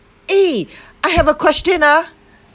eh I have a question ah